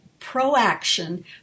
proaction